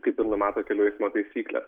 kaip ir numato kelių eismo taisyklės